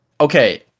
okay